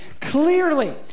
Clearly